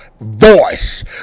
voice